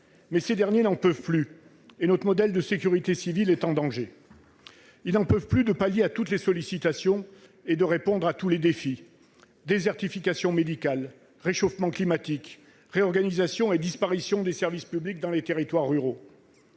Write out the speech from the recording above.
Mais ces derniers n'en peuvent plus et notre modèle de sécurité civile est en danger. Les sapeurs-pompiers n'en peuvent plus de pallier toutes les sollicitations et de répondre à tous les défis : désertification médicale, réchauffement climatique, réorganisation et disparition des services publics dans les territoires ruraux.